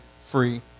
free